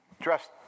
dressed